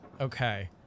Okay